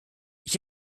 ich